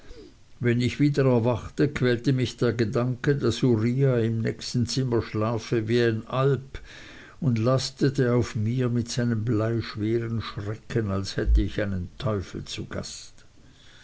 wenn ich wieder erwachte quälte mich der gedanke daß uriah im nächsten zimmer schlafe wie ein alp und lastete auf mir mit einem bleischweren schrecken als hätte ich einen teufel zu gaste